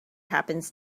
happens